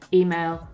email